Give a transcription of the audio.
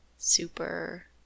super